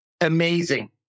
Amazing